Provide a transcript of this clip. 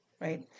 right